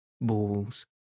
balls